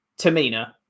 Tamina